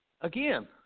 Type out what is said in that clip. again